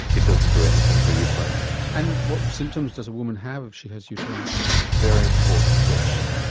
it doesn't do anything for uterine cancer. and what symptoms does a woman have if she has uterine cancer? very important question.